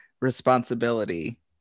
responsibility